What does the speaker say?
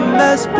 mess